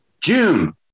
June